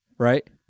Right